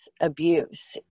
abuse